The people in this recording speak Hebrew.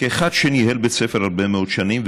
כאחד שניהל בית ספר הרבה מאוד שנים,